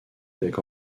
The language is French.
avec